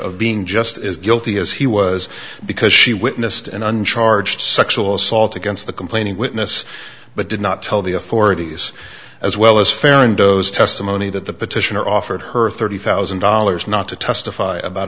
of being just as guilty as he was because she witnessed an uncharged sexual assault against the complaining witness but did not tell the authorities as well as fair and goes testimony that the petitioner offered her thirty thousand dollars not to testify about